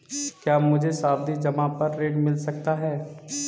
क्या मुझे सावधि जमा पर ऋण मिल सकता है?